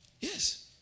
Yes